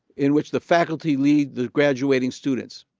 in which the faculty lead the graduating students,